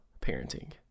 parenting